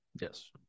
Yes